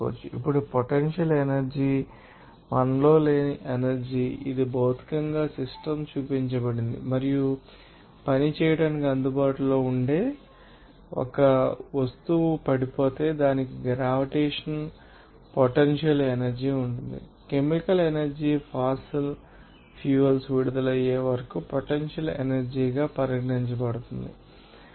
ఇప్పుడు potential energy మనలో లేని ఎనర్జీ ఇది భౌతికంగా సిస్టమ్ చూపించబడింది మరియు పని చేయడానికి అందుబాటులో ఉంది మరియు ఒక వస్తువు పడిపోతే దానికి గ్రావిటేషన్ పొటెన్షియల్ ఎనర్జీ ఉంటుంది కెమికల్ ఎనర్జీ ఫాసిల్ ఫ్యూయల్స్ విడుదలయ్యే వరకు పొటెన్షియల్ ఎనర్జీ గా పరిగణించబడుతుందని మీరు చూస్తారు